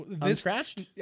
Unscratched